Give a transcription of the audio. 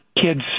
kids